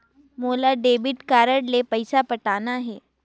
मोला debit card ले पइसा पटाना हे?